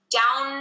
down